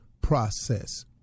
process